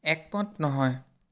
একমত নহয়